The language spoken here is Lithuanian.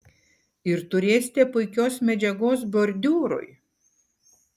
ir turėsite puikios medžiagos bordiūrui